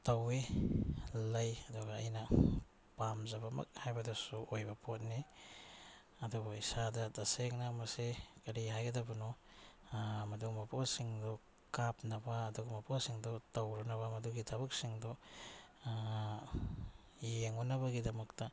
ꯇꯧꯏ ꯂꯩ ꯑꯗꯨꯒ ꯑꯩꯅ ꯄꯥꯝꯖꯕꯃꯛ ꯍꯥꯏꯕꯗꯁꯨ ꯑꯣꯏꯕ ꯄꯣꯠꯅꯤ ꯑꯗꯨꯕꯨ ꯏꯁꯥꯗ ꯇꯁꯦꯡꯅ ꯃꯁꯦ ꯀꯔꯤ ꯍꯥꯏꯒꯗꯕꯅꯣ ꯃꯗꯨꯒꯨꯝꯕ ꯄꯣꯠꯁꯤꯡꯗꯨ ꯀꯥꯞꯅꯕ ꯑꯗꯨꯒꯨꯝꯕ ꯄꯣꯠꯁꯤꯡꯗꯨ ꯇꯧꯔꯅꯕ ꯃꯗꯨꯒꯤ ꯊꯕꯛꯁꯤꯡꯗꯣ ꯌꯦꯡꯉꯨꯅꯕꯒꯤꯗꯃꯛꯇ